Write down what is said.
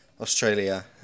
Australia